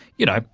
you know,